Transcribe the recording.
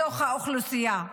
בתוך האוכלוסייה.